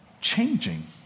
changing